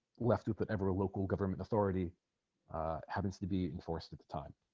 left open every local government authority happens to be enforced at the time